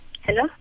Hello